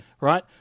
right